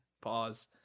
pause